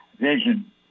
vision